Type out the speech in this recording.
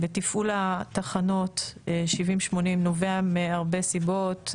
בתפעול התחנות 70 ו-80 נובע מהרבה סיבות,